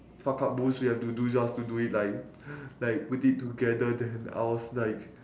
fuck up bullshit we have to do just to do it like like we did together then I was like